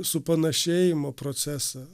supanašėjimo procesą